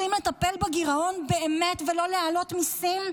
רוצים לטפל בגירעון באמת ולא להעלות מיסים?